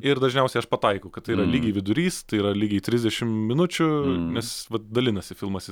ir dažniausiai aš pataikau kad tai yra lygiai vidurys tai yra lygiai trisdešim minučių nes dalinasi filmas į